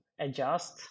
adjust